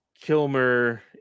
Kilmer